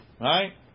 Right